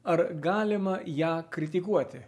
ar galima ją kritikuoti